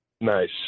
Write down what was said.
Nice